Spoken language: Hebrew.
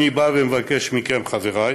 אני מבקש מכם, חבריי,